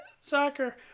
soccer